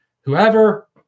whoever